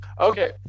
Okay